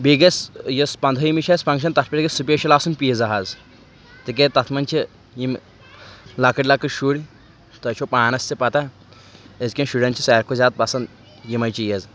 بیٚیہِ گژھِ یۄس پنٛدہٲیمہِ چھِ اَسہِ فنٛگشَن تَتھ پٮ۪ٹھ گژھِ سٕپیشَل آسٕنۍ پیٖزا حظ تِکیٛازِ تَتھ منٛز چھِ یِم لۄکٕٹۍ لۄکٕٹۍ شُرۍ تۄہہِ چھو پانَس تہِ پَتہ أزۍکٮ۪ن شُرٮ۪ن چھِ ساروی کھۄتہٕ زیادٕ پَسنٛد یِمَے چیٖز